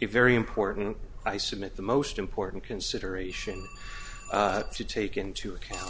a very important i submit the most important consideration to take into account